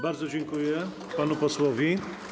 Bardzo dziękuję panu posłowi.